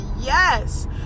Yes